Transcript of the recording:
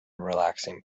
relaxing